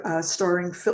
starring